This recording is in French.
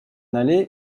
aller